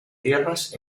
tierras